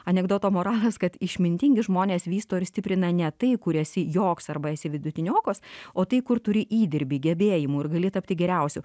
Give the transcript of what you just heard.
anekdoto moralas kad išmintingi žmonės vysto ir stiprina ne tai kur esi joks arba esi vidutiniokas o tai kur turi įdirbį gebėjimų ir gali tapti geriausiu